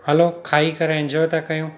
हलो खाई करे इंजॉए था कयूं